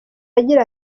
agira